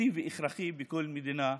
בסיסי והכרחי בכל מדינה נורמלית.